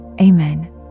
amen